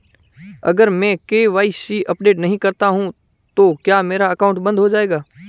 अगर मैं KYC update नहीं करता तो क्या मेरा अकाउंट बंद हो जाएगा?